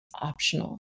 optional